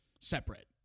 separate